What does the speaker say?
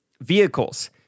vehicles